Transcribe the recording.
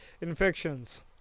infections